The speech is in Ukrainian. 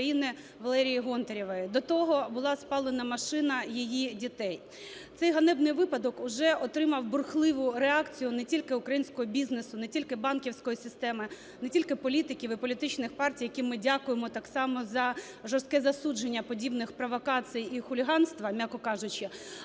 Валерії Гонтаревої. До того була спалена машина її дітей. Цей ганебний випадок уже отримав бурхливу реакцію не тільки українського бізнесу, не тільки банківської системи, не тільки політиків і політичних партій, яким ми дякуємо так само за жорстке засудження подібних провокацій і хуліганства, м'яко кажучи,